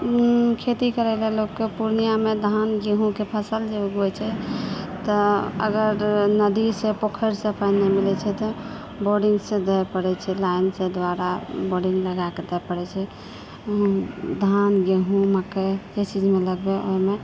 ओ खेती करयलऽ लोकके पूर्णियामे धान गेहूँके फसल जे उगबैत छै तऽ अगर नदीसँ पोखरिसँ पानि नहि मिलैत छै तऽ बोरिंगसँ दय पड़ैत छै लाइनसँ द्वारा बोरिंग लगाके दय पड़ैत छै धान गेहूँ मक्कै एहि चीजमऽ लगबय ओहिमे